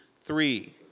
Three